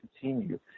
continue